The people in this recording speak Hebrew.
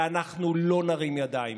ואנחנו לא נרים ידיים,